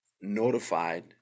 notified